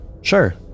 Sure